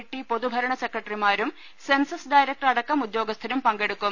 T പൊതുഭരണ സെക്രട്ടറിമാരും census director അടക്കം ഉദ്യോഗസ്ഥരും പങ്കെടുക്കും